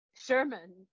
Sherman